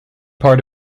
part